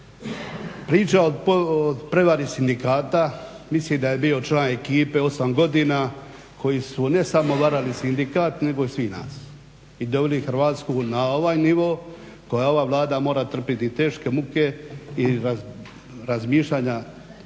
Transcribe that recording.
Priča o prevari sindikata, mislim da je bio član ekipe 8 godina koji su ne samo varali sindikat nego i svih nas i doveli Hrvatsku na ovaj nivo koji ova Vlada mora trpiti teške muke i razmišljanja